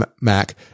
Mac